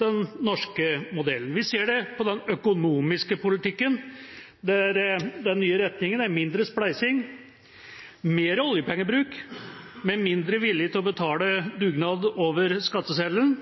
den norske modellen. Vi ser det på den økonomiske politikken, der den nye retninga er mindre spleising, mer oljepengebruk, men mindre vilje til å betale dugnad over skatteseddelen,